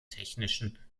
technischen